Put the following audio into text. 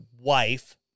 wife